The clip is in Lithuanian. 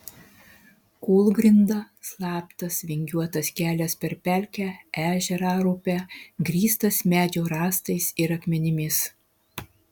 kūlgrinda slaptas vingiuotas kelias per pelkę ežerą ar upę grįstas medžio rąstais ir akmenimis